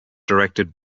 directed